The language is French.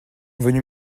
venus